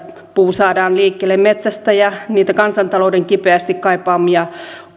saadaan liikkeelle metsästä ja niitä kansantalouden kipeästi kaipaamia